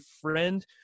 friend